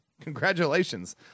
Congratulations